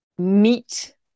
Meet